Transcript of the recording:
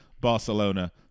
Barcelona